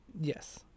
Yes